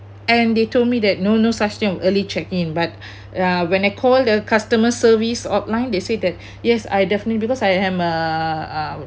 and they told me that no no such thing of early check in but uh when I call the customer service hotline they say that yes I definitely because I am a uh